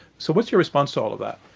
so what's your response to all of that?